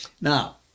Now